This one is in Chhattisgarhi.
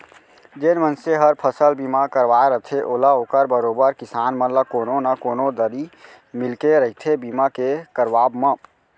जेन मनसे हर फसल बीमा करवाय रथे ओला ओकर बरोबर किसान मन ल कोनो न कोनो दरी मिलके रहिथे बीमा के करवाब म